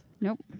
Nope